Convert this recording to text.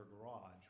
garage